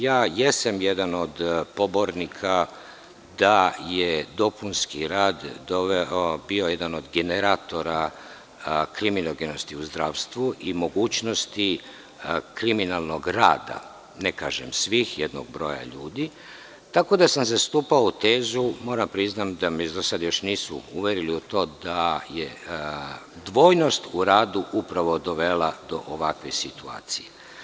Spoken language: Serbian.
Ja jesam jedan od pobornika da je dopunski rad bio jedan od generatora kriminogenosti u zdravstvu i mogućnosti kriminalnog rada, ne kažem svih, jednog broja ljudi, tako da sam zastupao tezu, moram da priznam da me do sada još nisu uverili u to da je dvojnost u radu upravo dovela do ovakve situacije.